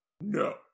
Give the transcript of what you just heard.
No